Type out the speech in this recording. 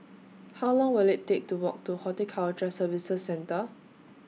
How Long Will IT Take to Walk to Horticulture Services Centre